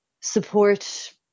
support